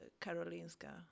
Karolinska